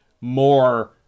more